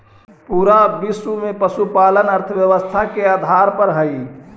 पूरा विश्व में पशुपालन अर्थव्यवस्था के आधार हई